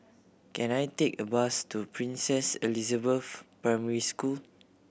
can I take a bus to Princess Elizabeth Primary School